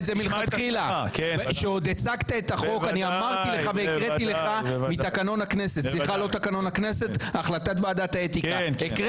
גם לחברת הכנסת ברביבאי ולחברת הכנסת הרכבי